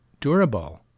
durable